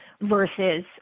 versus